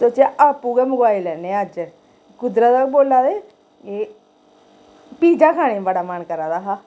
सोचेआ आपूं गै मंगवाई लैन्नै अज्ज कुद्धरा दा बोल्लै दे एह् पिज्जा खाने गी बड़ा मन करा दा हा